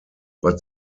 but